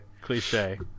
Cliche